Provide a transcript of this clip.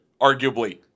arguably